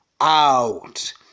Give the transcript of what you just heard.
out